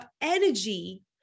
energy